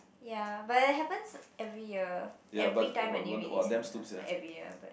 ya but it happens every year every time a new release comes out like every year but